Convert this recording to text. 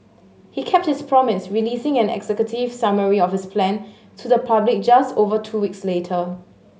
he kept his promise releasing an executive summary of his plan to the public just over two weeks later